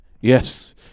Yes